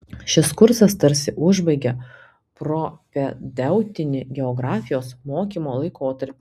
šis kursas tarsi užbaigia propedeutinį geografijos mokymo laikotarpį